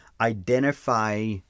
Identify